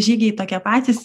žygiai tokie patys